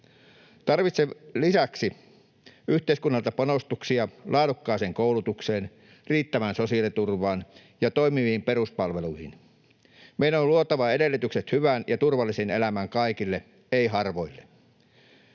Tarvitsemme lisäksi yhteiskunnalta panostuksia laadukkaaseen koulutukseen, riittävään sosiaaliturvaan ja toimiviin peruspalveluihin. Meidän on luotava edellytykset hyvään ja turvalliseen elämään kaikille, ei harvoille.